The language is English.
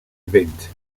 event